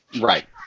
right